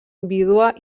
vídua